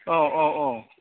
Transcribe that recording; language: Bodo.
औ औ औ